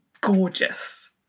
gorgeous